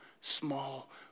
small